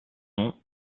nom